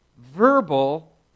verbal